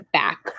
back